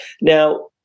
Now